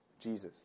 Jesus